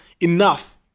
enough